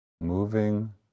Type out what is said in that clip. Moving